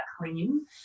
clean